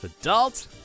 Adult